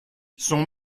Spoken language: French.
son